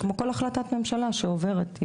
כמו כל החלטת ממשלה שעוברת,